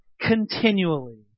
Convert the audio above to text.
continually